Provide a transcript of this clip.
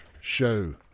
show